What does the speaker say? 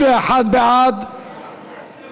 ואת הצעת חוק הנצחת זכרם של קורבנות הטבח בכפר קאסם,